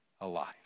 alive